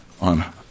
on